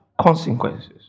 Consequences